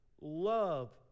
love